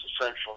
essentially